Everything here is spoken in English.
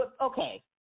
okay